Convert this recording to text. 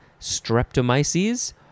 Streptomyces